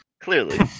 Clearly